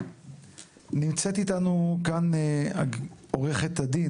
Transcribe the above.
נמצאת איתנו כאן עורכת הדין,